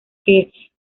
que